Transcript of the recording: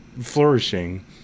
flourishing